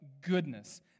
goodness